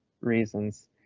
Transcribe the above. reasons